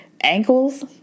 ankles